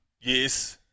Yes